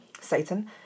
Satan